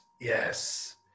Yes